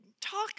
Talk